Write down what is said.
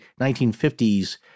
1950s